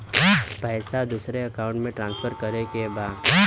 पैसा दूसरे अकाउंट में ट्रांसफर करें के बा?